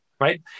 right